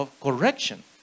correction